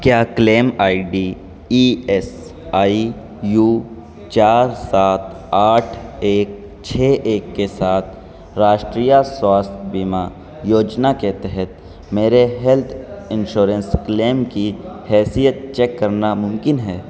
کیا claim I D E S I U چار سات آٹھ ایک چھ ایک کے ساتھ راسٹریہ سواستھ بیمہ یوجنا کے تحت میرے ہیلتھ انشورنس کلیم کی حیثیت چیک کرنا ممکن ہے